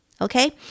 Okay